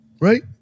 right